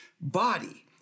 body